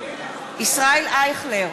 ישראל אייכלר,